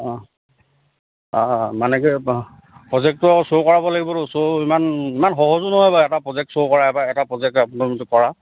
অঁ অ মানে কি প্ৰজেক্টটৰত শ্ব' কৰাব লাগিব শ্ব' ইমান ইমান সহজো নহয় বাৰু এটা প্ৰজেক্ট শ্ব' কৰা বা এটা প্ৰজেক্ট কৰা